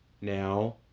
Now